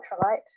Ultralight